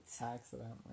Accidentally